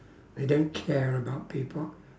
they don't care about people